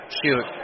shoot